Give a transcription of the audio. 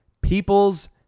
people's